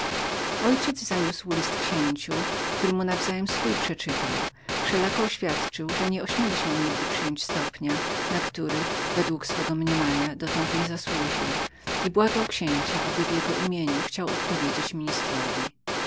ojciec zaniósł list księciu który mu nawzajem swój przeczytał wszelako oświadczył że nie ośmieli się nigdy przyjąć stopnia na który według jego mniemania dotąd nie zasłużył i błagał księcia aby w jego imieniu chciał odpowiedzieć ministrowi